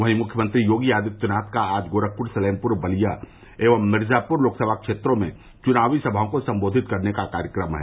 वहीं मुख्यमंत्री योगी आदित्यनाथ का आज गोरखपुर सलेमपुर बलिया एवं मिर्जापुर लोकसभा क्षेत्र में चुनावी सभाओं को संबोधित करने का कार्यक्रम है